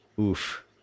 oof